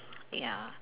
ya